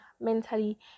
mentally